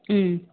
ம்